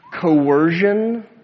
coercion